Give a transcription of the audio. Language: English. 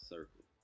Circle